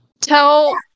Tell